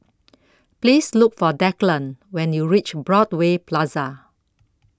Please Look For Declan when YOU REACH Broadway Plaza